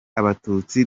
abatutsi